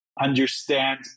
understand